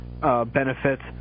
benefits